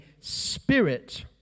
spirit